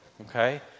okay